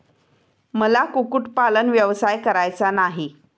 मला कुक्कुटपालन व्यवसाय करायचा नाही